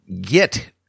get